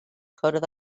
cwrdd